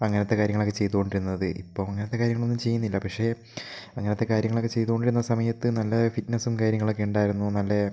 അങ്ങനത്തെ കാര്യങ്ങളൊക്കെ ചെയ്തു കൊണ്ടിരുന്നത് ഇപ്പം അങ്ങനത്തെ കാര്യങ്ങൾ ഒന്നും ചെയ്യുന്നില്ല പക്ഷേ അങ്ങനത്തെ കാര്യങ്ങളൊക്കെ ചെയ്തുകൊണ്ടിരുന്ന സമയത്ത് നല്ല ഫിറ്റ്നസും കാര്യങ്ങളൊക്കെ ഉണ്ടായിരുന്നു നല്ല